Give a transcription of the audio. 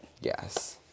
Yes